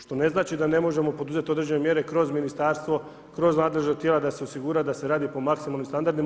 Što ne znači da ne možemo poduzeti određene mjere kroz Ministarstvo, kroz nadležna tijela da se osigura, da se radi po maksimalnim standardima.